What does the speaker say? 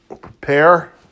prepare